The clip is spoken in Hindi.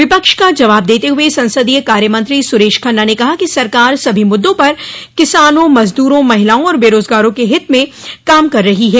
विपक्ष का जवाब देते हुए संसदीय कार्य मंत्री सुरेश खन्ना ने कहा कि सरकार सभी मुद्दों पर किसानों मजदूरों महिलाओं और बेरोजगारों के हित में काम कर रही है